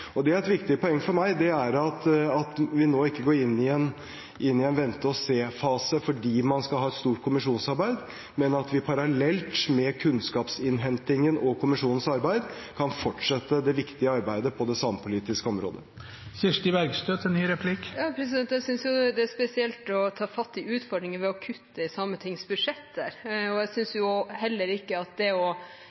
styrke samiske språk. Et viktig poeng for meg er at vi nå ikke går inn i en vente-og-se-fase fordi man skal ha et stort kommisjonsarbeid, men at vi parallelt med kunnskapsinnhentingen og kommisjonens arbeid kan fortsette det viktige arbeidet på det samepolitiske området. Jeg synes det er spesielt å ta fatt i utfordringene ved å kutte i Sametingets budsjetter. Jeg synes heller ikke at det å